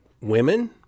women